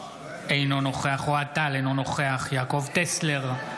אינו נוכח אוהד טל, אינו נוכח יעקב טסלר,